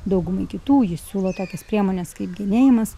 daugumai kitų jis siūlo tokias priemones kaip genėjimas